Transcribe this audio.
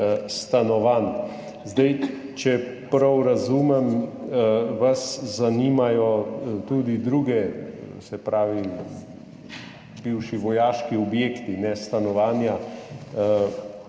stanovanj, če prav razumem, vas zanimajo tudi drugi, se pravi bivši vojaški objekti, ne stanovanja.